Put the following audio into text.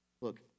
Look